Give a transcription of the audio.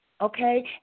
Okay